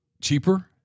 cheaper